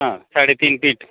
हा साडेतीन पीठ